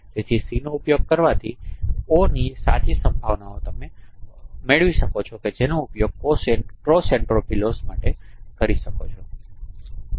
તેથી C નો ઉપયોગ કરવાથી o ની સાચી સંભાવનાઑ તમે મેળવી શકો છો કે જેનો ઉપયોગ ક્રોસ એન્ટ્રોપી લોસ માટે કરી શકો છો